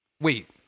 wait